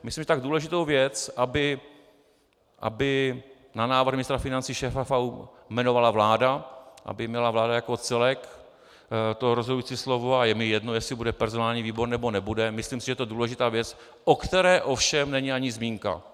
Myslím, že tak důležitou věc, aby na návrh ministra financí šéfa FAÚ jmenovala vláda, aby měla vláda jako celek to rozhodující slovo, a je mi jedno, jestli bude personální výbor, nebo nebude, myslím si, že je to důležitá věc, o které ovšem není ani zmínka.